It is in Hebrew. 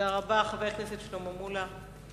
תודה רבה, חבר הכנסת שלמה מולה.